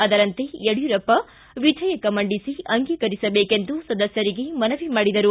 ಅದರಂತೆ ಯಡಿಯೂರಪ್ಪ ವಿಧೇಯಕ ಮಂಡಿಸಿ ಅಂಗೀಕರಿಸಬೇಕೆಂದು ಸದಸ್ವರಿಗೆ ಮನವಿ ಮಾಡಿದರು